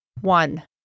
one